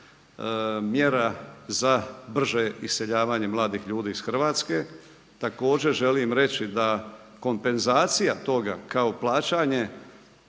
mjera za brže iseljavanje mladih ljudi iz Hrvatske. Također želim reći da kompenzacija toga kao plaćanje